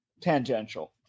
tangential